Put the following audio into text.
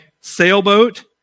sailboat